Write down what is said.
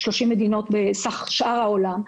ועוד 30 מדינות בשאר העולם.